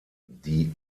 die